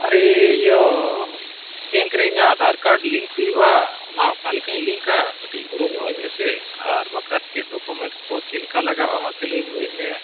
ᱟᱨᱮ ᱤᱭᱟᱹ ᱵᱮᱝᱠ ᱨᱮ ᱤᱧᱟᱹᱜ ᱟᱫᱷᱟᱨ ᱠᱟᱨᱰ ᱞᱤᱝᱠ ᱦᱩᱭᱩᱜᱼᱟ ᱚᱱᱟ ᱚᱠᱟ ᱞᱮᱠᱟᱧ ᱞᱤᱝᱠᱟ ᱠᱟᱹᱴᱤᱡ ᱜᱷᱚᱲᱚᱧᱚᱜ ᱟᱹᱧ ᱢᱮᱥᱮ ᱟᱨ ᱵᱟᱠᱷᱟᱡ ᱪᱮᱫ ᱰᱚᱠᱩᱢᱮᱱᱴᱥ ᱠᱚ ᱪᱮᱫ ᱞᱮᱠᱟ ᱞᱟᱜᱟᱜᱼᱟ ᱢᱟᱥᱮ ᱞᱟᱹᱭᱧᱚᱜ ᱟᱹᱧᱢᱮ